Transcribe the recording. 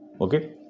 okay